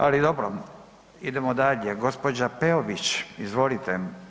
Ali dobro, idemo dalje, gđa. Peović, izvolite.